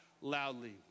loudly